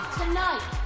tonight